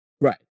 Right